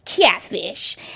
Catfish